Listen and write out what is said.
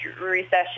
recession